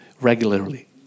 regularly